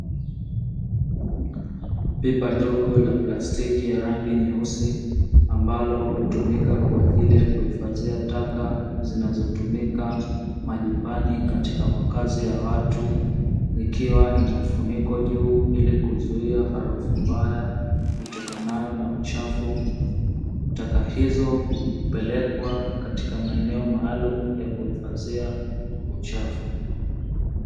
Pipa dogo la plastiki lenye rangi nyeusi, ambalo hutumika kwa ajili ya kuhifadhia taka zinazo tumika majumbani katika makazi ya watu, likiwa lina mfuniko juu ili kuzuia harufu mbaya itakanayo na uchafu. Taka hizo hupelekwa katika maeneo maalumu ya kuhifadhia uchafu.